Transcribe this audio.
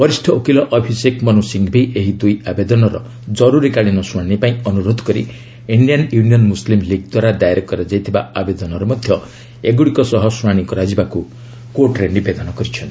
ବରିଷ୍ଠ ଓକିଲ ଅଭିଶେକ ମନୁ ସିଂଘଭି ଏହି ଦୁଇ ଆବେଦନର ଜରୁରିକାଳୀନ ଶୁଣାଣି ପାଇଁ ଅନୁରୋଧ କରି ଇଣ୍ଡିଆନ୍ ୟୁନିୟନ୍ ମୁସଲିମ୍ ଲିଗ୍ ଦ୍ୱାରା ଦାଏର କରାଯାଇଥିବା ଆବେଦନର ମଧ୍ୟ ଏଗୁଡ଼ିକ ସହ ଶୁଣାଣି କରାଯିବାକୁ କୋର୍ଟରେ ନିବେଦନ କରିଛନ୍ତି